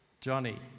Johnny